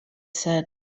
said